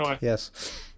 Yes